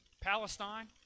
Palestine